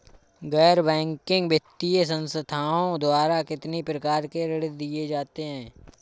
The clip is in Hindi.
गैर बैंकिंग वित्तीय संस्थाओं द्वारा कितनी प्रकार के ऋण दिए जाते हैं?